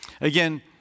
Again